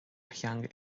theanga